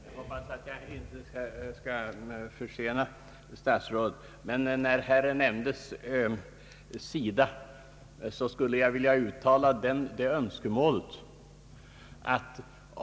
Herr talman! Jag hoppas att jag inte försenar statsrådets övergång till andra kammaren — jag skall bara ta någon minut i anspråk.